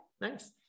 nice